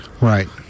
Right